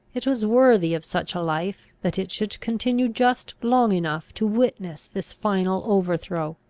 it was worthy of such a life, that it should continue just long enough to witness this final overthrow.